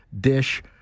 dish